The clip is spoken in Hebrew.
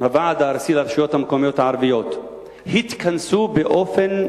והוועד הארצי לרשויות המקומיות הערביות התכנסו באופן,